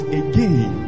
again